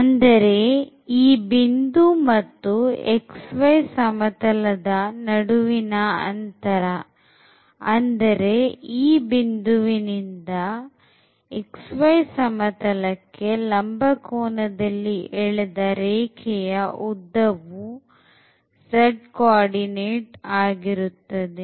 ಅಂದರೆ ಈ ಬಿಂದು ಮತ್ತು xy ಸಮತಲದ ನಡುವಿನ ಅಂತರ ಅಂದರೆ ಈ ಬಿಂದುವಿನಿಂದ xy ಸಮತಲಕ್ಕೆ ಲಂಬಕೋನದಲ್ಲಿ ಎಳೆದ ರೇಖೆಯ ಉದ್ದವು z ಕೋಆರ್ಡಿನೇಟ್ ಆಗಿರುತ್ತದೆ